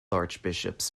archbishops